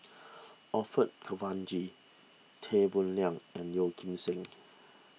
Orfeur Cavenagh Tan Boo Liat and Yeo Kim Seng